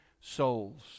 souls